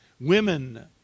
Women